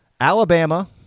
Alabama